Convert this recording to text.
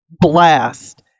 blast